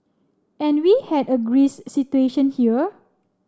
and we had a Greece situation here